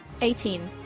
Eighteen